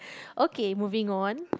okay moving on